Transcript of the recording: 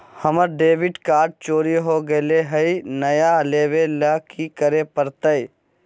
हमर debit card चोरी हो गेले हई, नया लेवे ल की करे पड़तई?